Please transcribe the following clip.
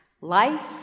Life